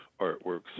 artworks